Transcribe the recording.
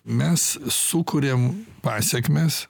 mes sukuriam pasekmes